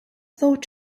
thought